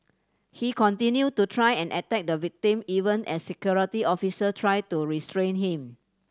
he continued to try and attack the victim even as security officer tried to restrain him